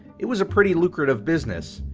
it was a pretty lucrative business,